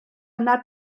yna